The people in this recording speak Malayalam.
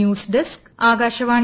news desk Akashvani